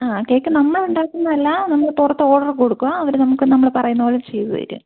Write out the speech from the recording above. ആ കേക്ക് നമ്മൾ ഉണ്ടാക്കുന്നതല്ല നമ്മൾ പുറത്ത് ഓർഡർ കൊടുക്കുകയാണ് അവർ നമുക്ക് നമ്മൾ പറയുന്നത് പോലെ ചെയ്ത് തരും